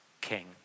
King